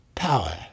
Power